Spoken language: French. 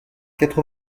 quatre